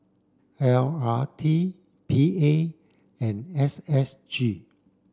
L R T P A and S S G